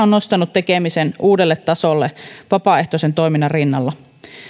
on nostanut tekemisen uudelle tasolle vapaaehtoisen toiminnan rinnalla